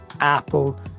apple